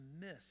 miss